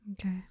okay